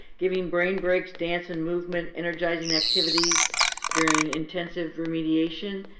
giving brain breaks, dance and movement, energizing activities during intensive remediation.